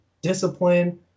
discipline